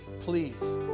Please